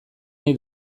nahi